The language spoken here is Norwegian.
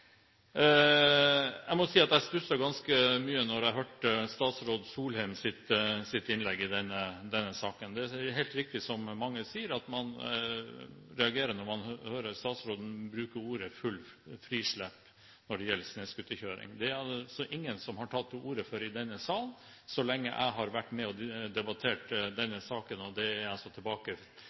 Jeg må si at jeg stusset ganske mye da jeg hørte statsråd Solheims innlegg i denne saken. Det er helt riktig som mange sier, at man reagerer når man hører statsråden bruke ordet fullt «frislepp» når det gjelder snøscooterkjøring. Det er det ingen som har tatt til orde for i denne sal så lenge jeg har vært med og debattert denne saken – og det går tilbake